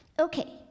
Okay